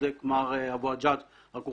צודק מר אבו עג'אג' אלא שהוא